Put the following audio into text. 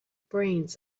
brains